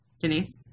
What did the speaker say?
Denise